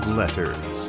letters